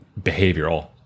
behavioral